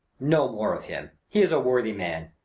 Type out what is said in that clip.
no more of him he is a worthy man.